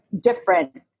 different